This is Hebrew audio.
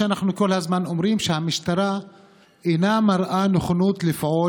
אנחנו כל הזמן אומרים שהמשטרה אינה מראה נכונות לפעול,